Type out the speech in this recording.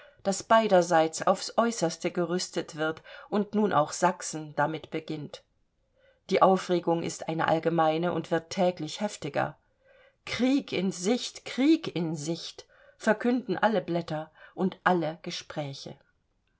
daß beiderseits aufs äußerste gerüstet wird und nun auch sachsen damit beginnt die aufregung ist eine allgemeine und wird täglich heftiger krieg in sicht krieg in sicht verkünden alle blätter und alle gespräche